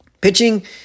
Pitching